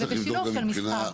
ובשילוב של מסחר.